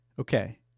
Okay